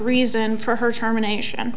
reason for her termination